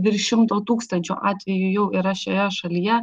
virš šimto tūkstančių atvejų jau yra šioje šalyje